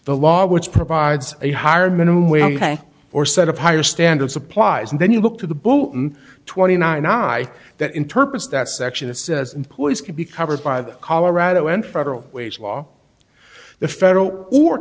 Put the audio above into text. the law which provides a higher minimum wage or set of higher standard supplies and then you look to the bulletin twenty nine i that interprets that section it says employees can be covered by the colorado and federal wage law the federal or